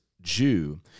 Jew